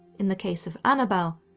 in the case of annabelle,